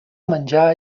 menjar